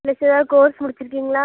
plus எதாவது course முடிச்சு இருக்கீங்களா